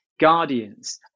guardians